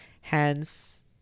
hence